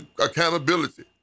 accountability